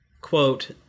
quote